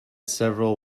several